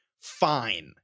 fine